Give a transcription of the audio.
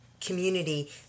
community